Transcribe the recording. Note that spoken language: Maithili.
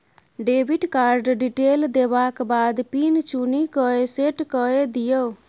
डेबिट कार्ड डिटेल देबाक बाद पिन चुनि कए सेट कए दियौ